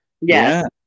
Yes